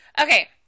Okay